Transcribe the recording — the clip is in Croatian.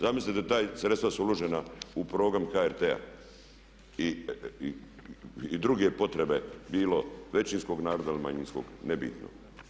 Zamislite da ta sredstva su uložena u programa HRT-a i druge potrebe bilo većinskog naroda ili manjinskog, nebitno.